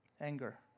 Anger